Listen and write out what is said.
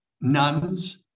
nuns